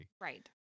Right